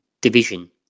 division